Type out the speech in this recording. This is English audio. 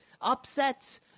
upsets